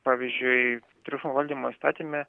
pavyzdžiui triukšmo valdymo įstatyme